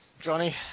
Johnny